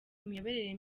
imiyoborere